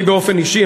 אני באופן אישי,